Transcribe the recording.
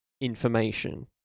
information